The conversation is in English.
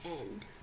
end